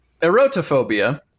Erotophobia